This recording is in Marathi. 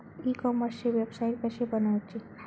ई कॉमर्सची वेबसाईट कशी बनवची?